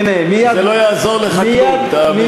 הנה, מייד, זה לא יעזור לך כלום, תאמין לי.